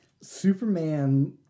Superman